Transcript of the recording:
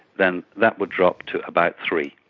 then that would drop to about three.